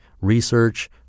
research